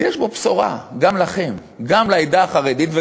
יש פה בשורה, גם לכם, גם לעדה החרדית.